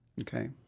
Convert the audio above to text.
Okay